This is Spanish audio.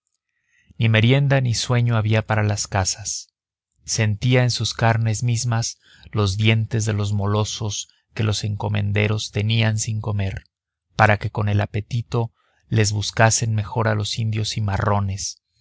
ni merienda ni sueño había para las casas sentía en sus carnes mismas los dientes de los molosos que los encomenderos tenían sin comer para que con el apetito les buscasen mejor a los indios cimarrones